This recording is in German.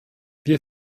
wir